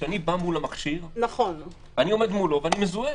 כשאני בא מול המכשיר, ואני מזוהה.